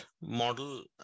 model